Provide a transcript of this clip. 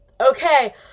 Okay